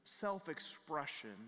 self-expression